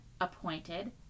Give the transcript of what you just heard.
appointed